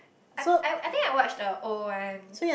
I I I think I watched the old one